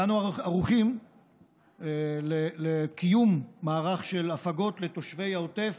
אנו ערוכים לקיום מערך של הפגות לתושבי העוטף